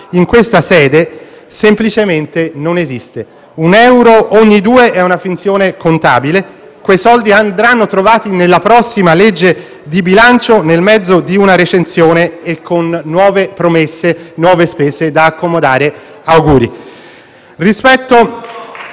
in questa sede semplicemente non esiste. Un euro ogni due è una finzione contabile. Quei soldi andranno trovati nella prossima legge di bilancio nel mezzo di una recessione e con nuove promesse e nuove spese da accomodare. Auguri!